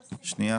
רבה.